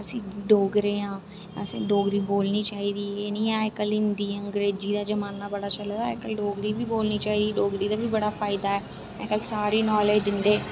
अस डोगरे आं असें डोगरी बोलनी चाहिदी एह् नेईं अज्जकल हिन्दी अंग्रेजी दा जमाना बड़ा चले दा पर अज्जकल डोगरी बी बोलनी चाहिदी डोगरी दा बी बड़ा फायदा ऐ मतलब सारी नालेज दिंदे